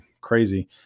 crazy